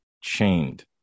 chained